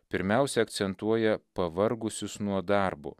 pirmiausia akcentuoja pavargusius nuo darbo